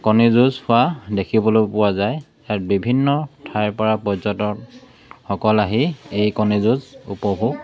কণী যুঁজ হোৱা দেখিবলৈ পোৱা যায় ইয়াত বিভিন্ন ঠাইৰপৰা পৰ্যটকসকল আহি এই কণী যুঁজ উপভোগ